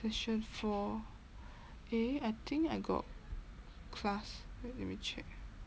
session four eh I think I got class wait let me check